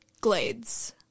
Glades